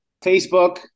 Facebook